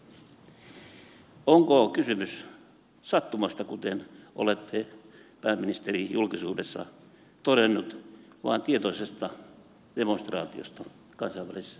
onko kysymys sattumasta kuten olette pääministeri julkisuudessa todennut vai tietoisesta demonstraatiosta kansainvälisessä kriisitilanteessa